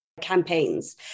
campaigns